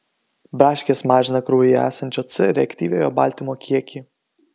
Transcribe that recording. braškės mažina kraujyje esančio c reaktyviojo baltymo kiekį